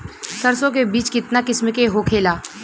सरसो के बिज कितना किस्म के होखे ला?